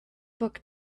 book